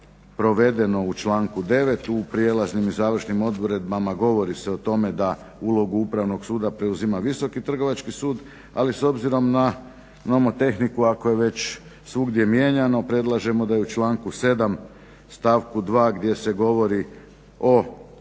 u članku 9. U Prijelaznim i završnim odredbama govori se o tome da ulogu Upravnog suda preuzima Visoki trgovački sud, ali s obzirom na nomotehniku ako je već svugdje mijenjano predlažemo da i u članku 7. stavku 2. gdje se govori o